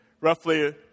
roughly